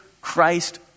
Christ